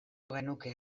genuke